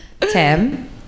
Tim